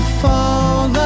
fall